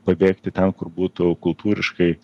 pabėgti ten kur būtų kultūriškai